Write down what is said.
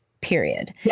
period